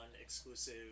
exclusive